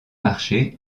marché